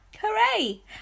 Hooray